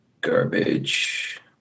Garbage